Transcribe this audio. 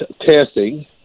testing